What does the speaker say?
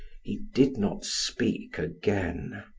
he did not speak again.